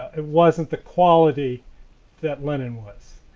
it wasn't the quality that linen was,